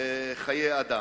חיי אדם.